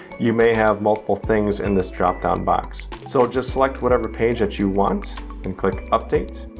you may have multiple things in this dropdown box. so just select whatever page that you want and click update.